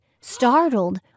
Startled